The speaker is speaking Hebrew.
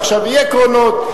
ועכשיו יהיו קרונות,